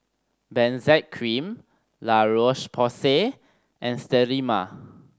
Benzac Cream La Roche Porsay and Sterimar